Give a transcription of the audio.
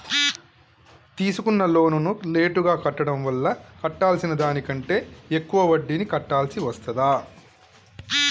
తీసుకున్న లోనును లేటుగా కట్టడం వల్ల కట్టాల్సిన దానికంటే ఎక్కువ వడ్డీని కట్టాల్సి వస్తదా?